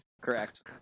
Correct